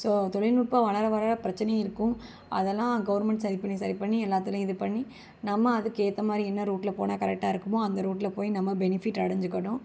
so தொழில்நுட்பம் வளர வளர பிரச்சினையும் இருக்கும் அதெல்லாம் கவர்மெண்ட் சரிப்பண்ணி சரிப்பண்ணி எல்லாத்திலியும் இதுப்பண்ணி நம்ம அதுக்கேத்தமாதிரி என்ன ரூட்ல போனால் கரெக்டாக இருக்குமோ அந்த ரூட்ல போய் நம்ம பெனிஃபிட் அடைஞ்சிக்கணும்